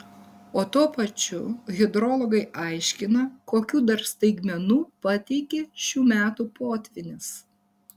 o tuo pačiu hidrologai aiškina kokių dar staigmenų pateikė šių metų potvynis